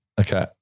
Okay